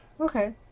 Okay